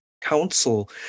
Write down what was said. Council